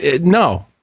no